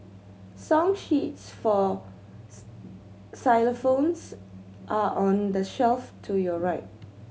song sheets for xylophones are on the shelf to your right